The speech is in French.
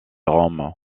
rome